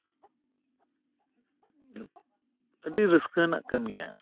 ᱟᱹᱰᱤ ᱨᱟᱹᱥᱠᱟᱹ ᱨᱮᱱᱟᱜ ᱠᱟᱹᱢᱤᱭᱟᱭ